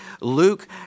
Luke